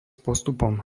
postupom